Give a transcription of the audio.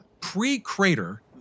Pre-crater